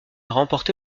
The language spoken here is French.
remporté